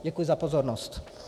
Děkuji za pozornost.